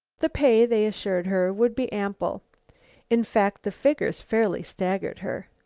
the pay, they assured her, would be ample in fact, the figures fairly staggered her.